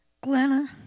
glenna